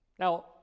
Now